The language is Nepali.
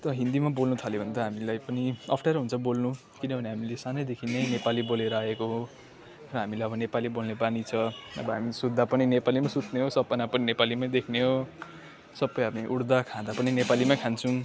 अन्त हिन्दीमा बोल्नुथाल्यो भने त हामीलाई पनि अप्ठ्यारो हुन्छ बोल्नु किनभने हामीले सानैदेखि नै नेपाली बोलेर आएको हो र हामीले अब नेपाली बोल्ने बानी छ अब हामी सुत्दा पनि नेपालीमा सुत्ने हो सपना पनि नेपालीमा देख्ने हो सबै हामी उठ्दा खाँदा पनि नेपालीमा खान्छौँ